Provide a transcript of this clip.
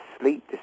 sleep